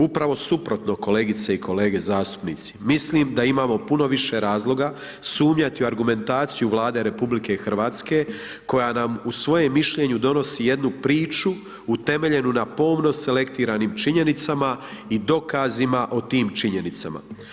Upravo suprotno kolegice i kolege zastupnici, mislim da imamo puno više razloga sumnjati u argumentaciju Vlade RH koja nam u svojem mišljenju donosi jednu priču utemeljenu na pomno selektiranim činjenicama i dokazima o tim činjenicama.